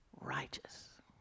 righteous